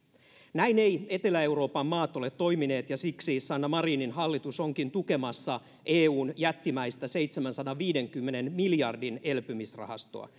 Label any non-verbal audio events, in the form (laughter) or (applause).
näin eivät etelä euroopan maat ole toimineet ja siksi sanna marinin hallitus onkin tukemassa eun jättimäistä seitsemänsadanviidenkymmenen miljardin elpymisrahastoa (unintelligible)